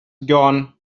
gone